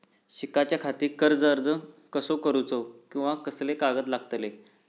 शिकाच्याखाती कर्ज अर्ज कसो करुचो कीवा कसले कागद लागतले?